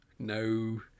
No